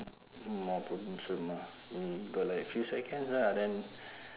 more problemsome ah we got like few seconds lah then